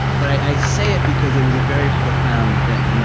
but i say it because it was a very profound thing. you know